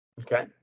Okay